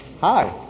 Hi